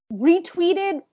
retweeted